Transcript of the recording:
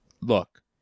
look